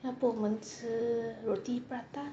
要不我们吃 roti prata